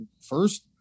first